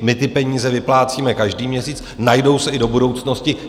My ty peníze vyplácíme každý měsíc, najdou se i do budoucnosti.